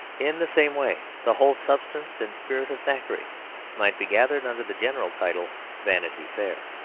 in the same way the whole substance and spirit of thackeray might be gathered under the general title vanity fair.